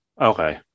Okay